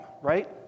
right